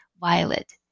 Violet